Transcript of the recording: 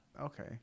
Okay